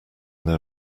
their